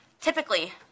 Typically